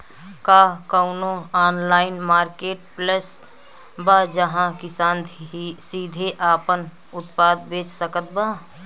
का कउनों online marketplace बा जहां किसान सीधे आपन उत्पाद बेच सकत बा?